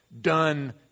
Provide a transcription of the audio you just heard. Done